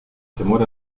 temor